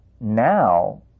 Now